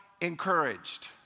encouraged